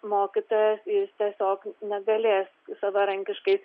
mokytojas jis tiesiog negalės savarankiškai